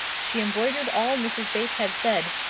she embroidered all mrs. bates had said,